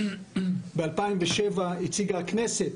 ב-2007 הציגה הכנסת